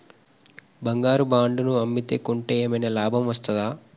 బంగారు బాండు ను అమ్మితే కొంటే ఏమైనా లాభం వస్తదా?